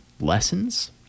lessons